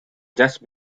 just